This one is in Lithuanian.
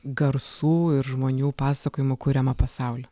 garsų ir žmonių pasakojimų kuriamą pasaulį